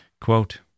Quote